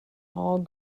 all